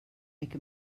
make